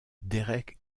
derek